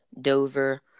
Dover